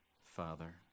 Father